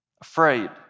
afraid